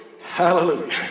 Hallelujah